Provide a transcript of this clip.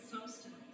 substance